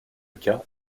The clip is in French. cas